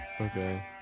Okay